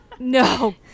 no